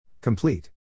Complete